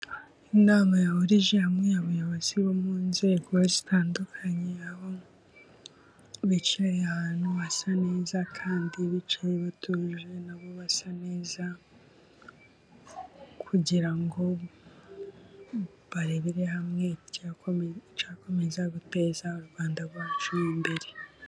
Inama yahurije hamwe abayobozi bo mu nzego zitandukanye aho bicaye ahantu hasa neza kandi bicaye batuje nabo basa neza kugira ngo barebere hamwe icya komeza guteza u Rwanda rwacu imbere.